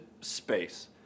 space